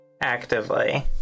actively